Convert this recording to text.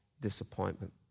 disappointment